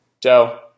Joe